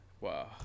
Wow